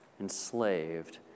enslaved